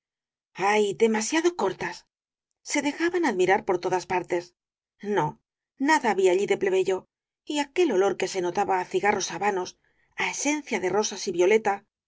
ay demasiado cortas se dejaban admirar por todas partes no nada había allí de plebeyo y aquel olor que se notaba á cigarros habanos á esencia de rosas y violeta